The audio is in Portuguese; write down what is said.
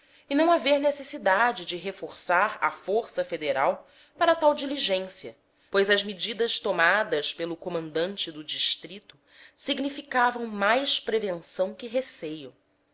e não haver necessidade de reforçar a força federal para tal diligência pois as medidas tomadas pelo comandante do distrito significavam mais prevenção que receio